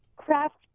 craft